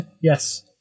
yes